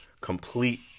complete